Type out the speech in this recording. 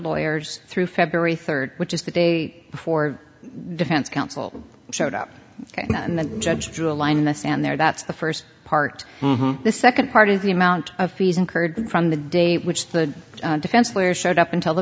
lawyers through february third which is the day before defense counsel showed up and the judge drew a line in the sand there that's the first part the second part is the amount of fees incurred from the day which the defense lawyer showed up until the